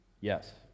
Yes